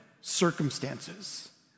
circumstances